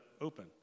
open